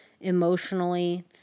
emotionally